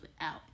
out